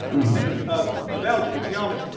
we think of of algebra, geometry,